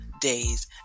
days